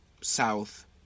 south